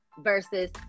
Versus